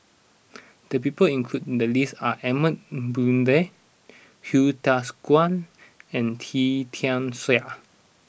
the people included in the list are Edmund Blundell Hsu Tse Kwang and Wee Tian Siak